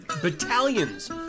battalions